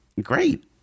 great